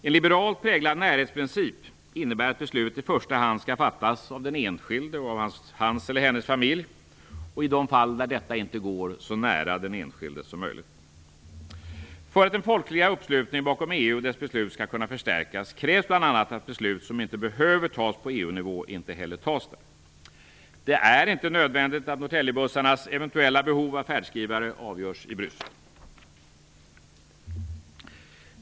En liberalt präglad närhetsprincip innebär att beslut i första hand skall fattas av den enskilde och av hans eller hennes familj eller - i de fall där detta inte går - så nära den enskilde som möjligt. För att den folkliga uppslutningen bakom EU och dess beslut skall kunna förstärkas krävs bl.a. att beslut som inte behöver fattas på EU-nivå inte heller fattas där. Det är inte nödvändigt att Norrtäljebussarnas eventuella behov av färdskrivare avgörs i Bryssel.